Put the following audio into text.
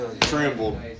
trembled